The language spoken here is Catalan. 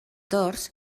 dors